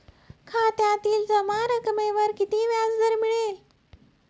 खात्यातील जमा रकमेवर किती व्याजदर मिळेल?